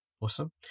Awesome